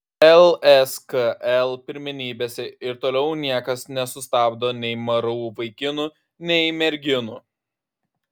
lskl pirmenybėse ir toliau niekas nesustabdo nei mru vaikinų nei merginų